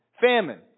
Famine